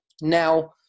Now